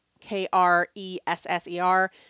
K-R-E-S-S-E-R